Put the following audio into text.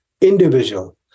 individual